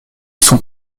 sont